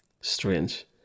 strange